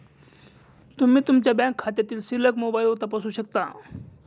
तुम्ही तुमच्या बँक खात्यातील शिल्लक मोबाईलवर तपासू शकता